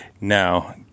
Now